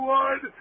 one